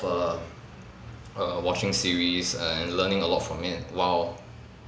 err err watching series and learning a lot from it while